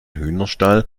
hühnerstall